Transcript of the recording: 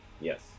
Yes